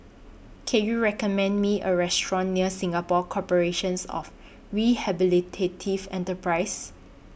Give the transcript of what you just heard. Can YOU recommend Me A Restaurant near Singapore Corporations of Rehabilitative Enterprises